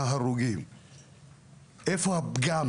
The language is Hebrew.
הייתי גם